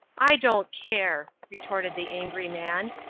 i don't care! retorted the angry man.